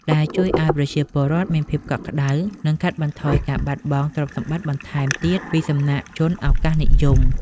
ដែលជួយឱ្យប្រជាពលរដ្ឋមានភាពកក់ក្ដៅ និងកាត់បន្ថយការបាត់បង់ទ្រព្យសម្បត្តិបន្ថែមទៀតពីសំណាក់ជនឱកាសនិយម។